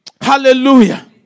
Hallelujah